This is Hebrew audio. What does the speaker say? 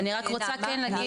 אני רק רוצה כן להגיד,